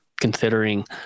considering